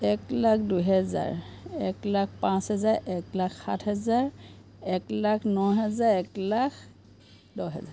এক লাখ দুহেজাৰ এক লাখ পাঁচ হেজাৰ এক লাখ সাত হেজাৰ এক লাখ ন হেজাৰ এক লাখ দহ হেজাৰ